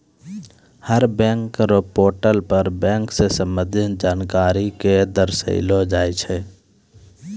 हर bank र portal पर bank स संबंधित जानकारी क दर्शैलो जाय छै